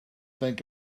think